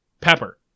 Pepper